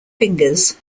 fingers